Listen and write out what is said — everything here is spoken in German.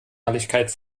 ehrlichkeit